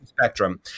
spectrum